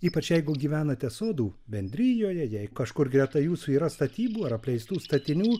ypač jeigu gyvenate sodų bendrijoje jei kažkur greta jūsų yra statybų ar apleistų statinių